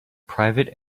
private